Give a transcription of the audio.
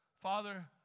Father